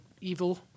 evil